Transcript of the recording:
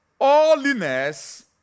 holiness